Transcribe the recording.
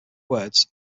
words